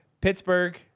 Pittsburgh